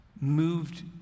moved